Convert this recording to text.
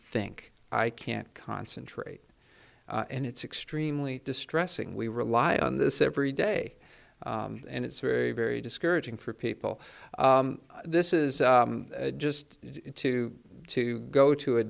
think i can't concentrate and it's extremely distressing we rely on this every day and it's very very discouraging for people this is just to to go to a